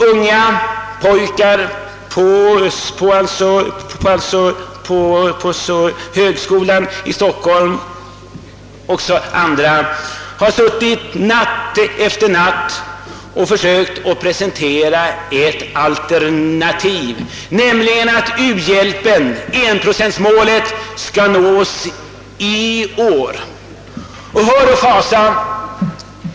Unga pojkar vid universitetet i Stockholm "och andra har suttit natt efter natt och försökt presentera ett alternativ, som innebär att enprocentmålet skall nås i år. Och hör och häpna!